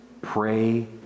pray